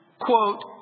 quote